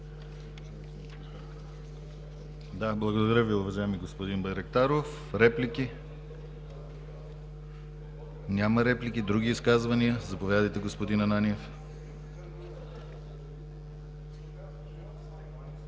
Благодаря Ви, уважаеми господин Байрактаров. Реплики? Няма реплики. Други изказвания? Заповядайте, господин Ананиев.